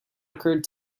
occurred